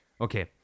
okay